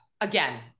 again